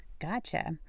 Gotcha